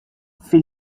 fil